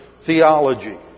theology